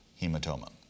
hematoma